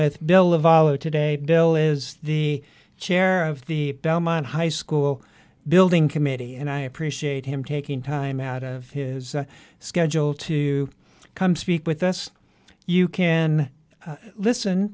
with bill of allah today bill is the chair of the belmont high school building committee and i appreciate him taking time out of his schedule to come speak with us you can listen